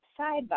Sidebar